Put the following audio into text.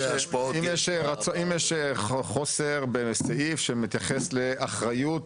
נניח אם יש חוסר בסעיף שמתייחס לאחריות,